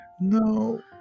No